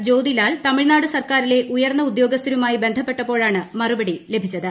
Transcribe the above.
ജ്യോതിലാൽ തമിഴ് നാട് സർക്കാരിലെ ഉയർന്ന ഉദ്യോഗസ്ഥരുമായി ബന്ധപ്പെട്ടപ്പോഴാണ് മറുപടി ലഭിച്ചത്